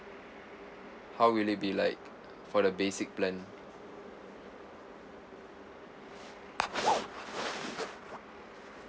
how will it be like for the basic plan